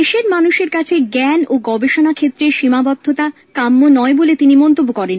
দেশের মানুষের কাছে জ্ঞান ও গবেষণা ক্ষেত্রের সীমাবদ্ধতা কাম্য নয় বলে তিনি মন্তব্য করেন